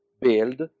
build